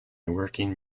working